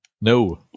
No